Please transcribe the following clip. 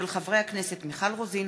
מאת חברות הכנסת מיכל רוזין,